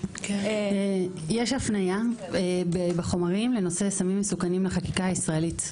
יש הפניה בחומרים לנושא סמים מסוכנים לחקיקה הישראלית.